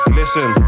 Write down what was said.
listen